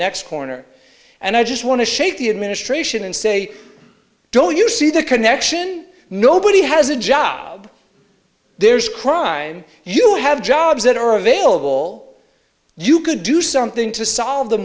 next corner and i just want to shake the administration and say don't you see the connection nobody has a job there's crime you have jobs that are available all you could do something to solve the